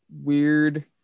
weird